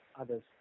others